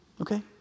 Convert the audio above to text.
Okay